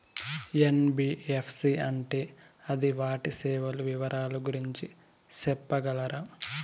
NBFC అంటే అది వాటి సేవలు వివరాలు గురించి సెప్పగలరా?